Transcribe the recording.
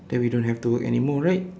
then we don't have to work anymore right